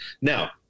Now